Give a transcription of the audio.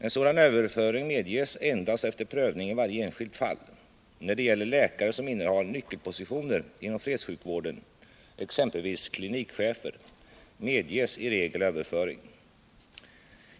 En sådan överföring medges endast efter prövning i varje enskilt fall. När det gäller läkare som innehar nyckelpositioner inom fredssjukvården, exempelvis klinikchefer, medges i regel överföring.